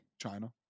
China